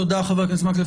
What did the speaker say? תודה חבר הכנסת מקלב.